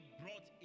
brought